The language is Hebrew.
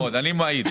אני מעיד.